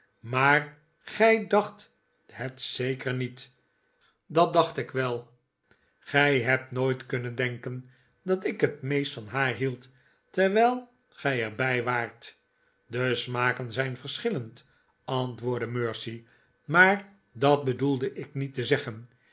maar g ij dacht het zeker niet dat dacht ik wel gij hebt nooit kunnen denken dat ik het meest van haar hield terwijl gij er bij waart de smaken zijn verschillend antwoordde mercy maar dat bedoelde ik niet te zeggen